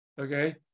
okay